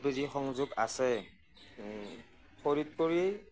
L P G সংযোগ আছে খৰিত কৰি